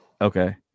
Okay